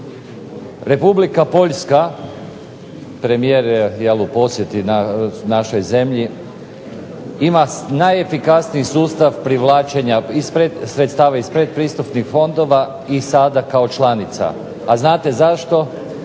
Republika Poljska, premijer je jel u posjeti našoj zemlji, ima najefikasniji sustav privlačenja sredstava iz pretpristupnih fondova i sada kao članica. A znate zašto?